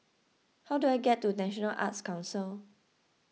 how do I get to National Arts Council